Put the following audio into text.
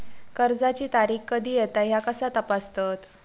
कर्जाची तारीख कधी येता ह्या कसा तपासतत?